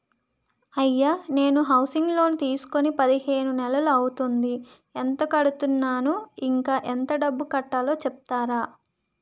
అయ్యా నేను housing loan తీసుకొని పదిహేను నెలలు అవుతోందిఎంత కడుతున్నాను, ఇంకా ఎంత డబ్బు కట్టలో చెప్తారా?